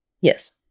Yes